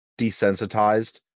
desensitized